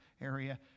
area